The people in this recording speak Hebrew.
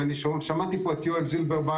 ואני שמעתי פה את יואל זילברמן,